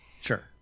Sure